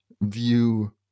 view